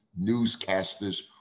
newscasters